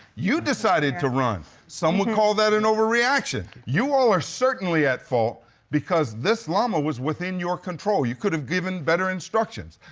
you decided to run. some would call that an overreaction. you all are certainly at fault because this llama was within your control. you could've given better instructions.